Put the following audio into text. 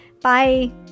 Bye